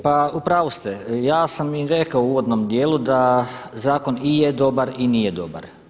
Pa u pravu ste, ja sam i rekao u uvodnom dijelu da zakon i je dobar i nije dobar.